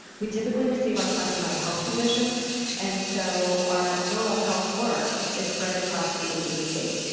we typically receive our funding by health condition and so our rural health work is spread across the agency.